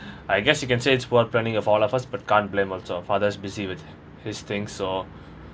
I guess you can say it's worth planning of all lah first but can't blame also father's busy with his thing so